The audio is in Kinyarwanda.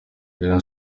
rayon